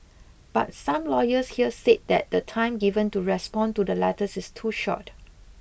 but some lawyers here say that the time given to respond to the letters is too short